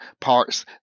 parts